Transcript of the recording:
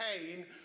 pain